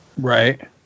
Right